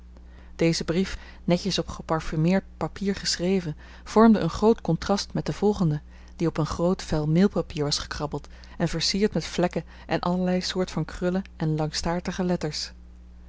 deze brief netjes op geparfumeerd papier geschreven vormde een groot contrast met den volgenden die op een groot vel mailpapier was gekrabbeld en versierd met vlekken en allerlei soort van krullen en langstaartige letters